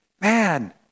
man